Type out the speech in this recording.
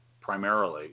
primarily